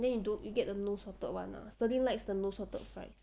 then you don't you get the no salted [one] lah celine likes the no salted fries